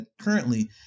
currently